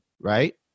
right